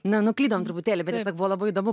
nenuklydom truputėlį bet buvo labai įdomu